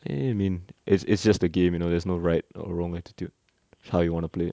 ya I mean it's it's just a game you know there's no right or wrong attitude of how you want to play